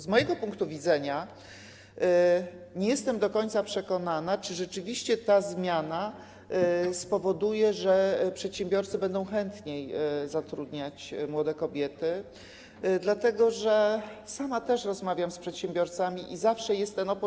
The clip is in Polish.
Z mojego punktu widzenia, nie jestem do końca przekonana, czy rzeczywiście ta zmiana spowoduje, że przedsiębiorcy będą chętniej zatrudniać młode kobiety, dlatego że sama też rozmawiam z przedsiębiorcami i zawsze jest ten opór.